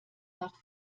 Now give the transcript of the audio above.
nach